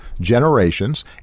generations